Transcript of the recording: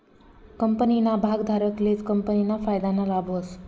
कंपनीना भागधारकलेच कंपनीना फायदाना लाभ व्हस